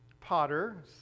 potter